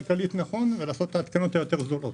כלכלית ולעשות את ההתקנות הזולות יותר.